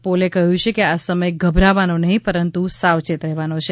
પોલે કહ્યું કે આ સમય ગભરાવાનો નહી પરંતુ સાવચેત રહેવાનો છે